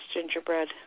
gingerbread